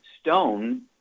stone